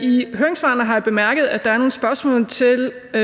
I høringssvarene har jeg bemærket at der er nogle spørgsmål til –